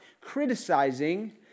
criticizing